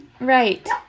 Right